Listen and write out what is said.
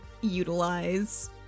utilize